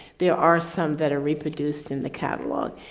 there are some that are reproduced in the catalog.